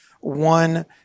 one